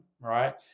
right